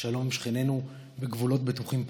לשלום עם שכנינו בגבולות בטוחים פחות.